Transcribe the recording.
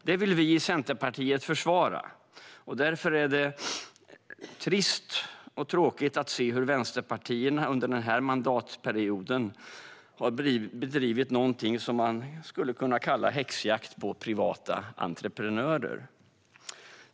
Det vill vi i Centerpartiet försvara. Därför är det trist och tråkigt att se hur vänsterpartierna under den här mandatperioden har bedrivit någonting som man skulle kunna kalla häxjakt på privata entreprenörer.